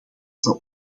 zal